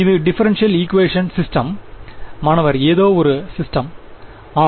ஒரு differential equation system மாணவர் ஏதோவொரு சிஸ்டம் ஆம்